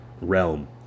realm